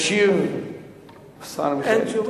ישיב השר מיכאל איתן.